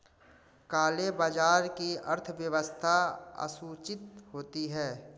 काले बाजार की अर्थव्यवस्था असूचित होती है